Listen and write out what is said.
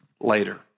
later